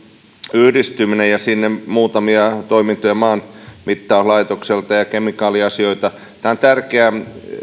yhdistyminen ja sinne muutamia toimintoja maanmittauslaitokselta ja kemikaaliasioita on tärkeä